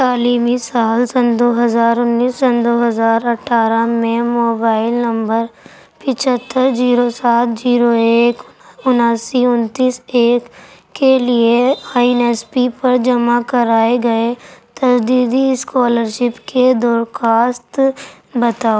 تعلیمی سال سن دو ہزار انیس سن دو ہزار اٹھارہ میں موبائل نمبر پچھہتر زیرو سات زیرو ایک اناسی انتیس ایک کے لیے این ایس پی پر جمع کرائے گیے تجدیدی اسکالرشپ کے درخواست بتاؤ